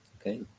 okay